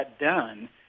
done